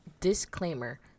Disclaimer